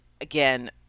again